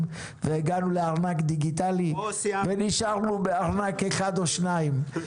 והגענו לארנק דיגיטלי ונשארנו עם ארנק אחד או שניים.